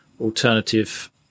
alternative